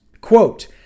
Quote